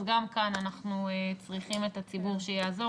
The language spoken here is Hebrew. אז גם כאן אנחנו צריכים את הציבור שיעזור